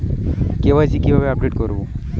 KYC কিভাবে update করব?